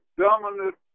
dominant